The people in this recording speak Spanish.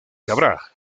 cabra